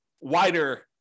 wider